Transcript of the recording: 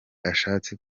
ashatse